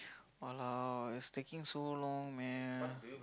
!walao! it's taking so long man